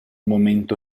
momento